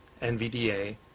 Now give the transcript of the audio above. NVDA